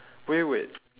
wait wait